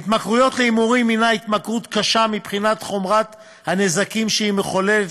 התמכרות להימורים הנה התמכרות קשה מבחינת חומרת הנזקים שהיא מחוללת